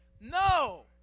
No